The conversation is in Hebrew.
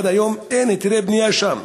עד היום אין היתרי בנייה שם,